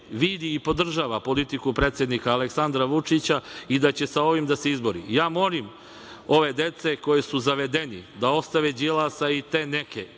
vidi i podržava politiku predsednika Aleksandra Vučića i da će sa ovim da se izbori. Ja molim ovu decu koja su zavedena da ostave Đilasa i Srđana